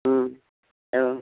औ